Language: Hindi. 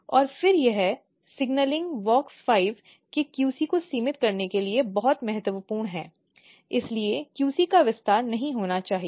और फिर यह सिग्नलिंग WOX5 के QC को सीमित करने के लिए बहुत महत्वपूर्ण है इसलिए QC का विस्तार नहीं होना चाहिए